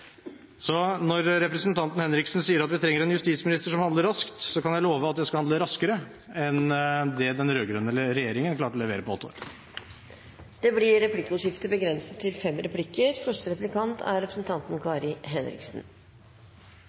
Så når representanten Henriksen sier at vi trenger en justisminister som handler raskt, kan jeg love at jeg skal handle raskere enn det den rød-grønne regjeringen klarte å levere på åtte år. Det blir replikkordskifte.